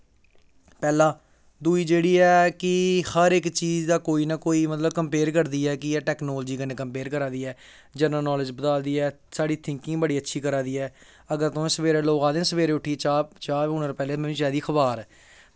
पैह्ला दूई जेह्ड़ी ऐ कि हर इक चीज दा कोई ना कोई मतलब कम्पेयर करदी ऐ कि एह् टेक्नोलॉजी कन्नै कम्पेयर करा दी ऐ जनरल नॉलेज बधा दी ऐ साढ़ी थिंकिंग बड़ी अच्छी करा दी ऐ अगर तुसें ई सबैह्रे लोग आखदे नी सबैह्रे उट्ठियै चाह् चाह् कोला पैह्लें होनी चाहिदी अखबार